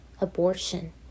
abortion